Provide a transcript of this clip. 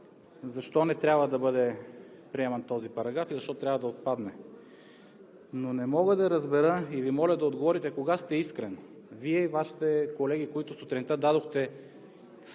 защо не трябва да бъде приеман този параграф и защо трябва да отпадне, но не мога да разбера и Ви моля да отговорите: кога сте искрен? Вие и Вашите колеги, които сутринта дадохте